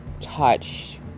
touch